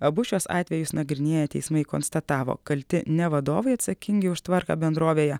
abu šiuos atvejus nagrinėję teismai konstatavo kalti ne vadovai atsakingi už tvarką bendrovėje